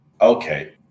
okay